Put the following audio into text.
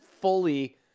fully